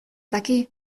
daki